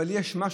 אבל יש משהו,